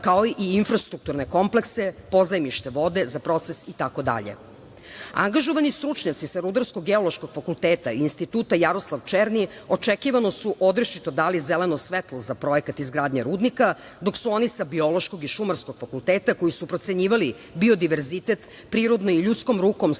kao i infrastrukturne komplekse, pozajmište vode za proces itd. Angažovani stručnjaci sa Rudarsko-geološkog fakulteta i Instituta "Jaroslav Černi" očekivano su odrešito dali zeleno svetlo za projekat izgradnje rudnika, dok su oni sa Biološkog i Šumarskog fakulteta koji su procenjivali biodiverzitet, prirodnom i ljudskom rukom